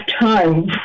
time